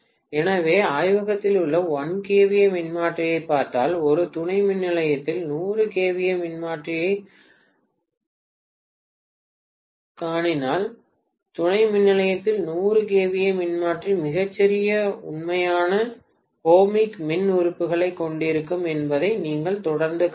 எனவே ஆய்வகத்தில் உள்ள 1 kVA மின்மாற்றியைப் பார்த்தால் ஒரு துணை மின்நிலையத்தில் 100 kVA மின்மாற்றியைக் காணினால் துணை மின்நிலையத்தில் 100 kVA மின்மாற்றி மிகச் சிறிய உண்மையான ஓமிக் மின்மறுப்பைக் கொண்டிருக்கும் என்பதை நீங்கள் தொடர்ந்து காணலாம்